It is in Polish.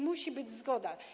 Musi być zgoda.